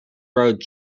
road